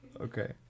Okay